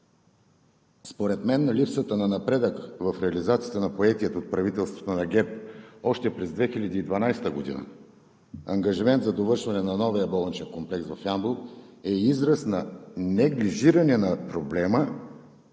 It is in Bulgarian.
Според мен липсата на напредък в реализацията на поетия от правителството на ГЕРБ още през 2012 г. ангажимент за довършване на новия болничен комплекс в Ямбол е израз на неглижиране на проблема